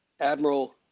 Admiral